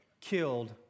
killed